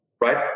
right